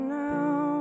now